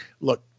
look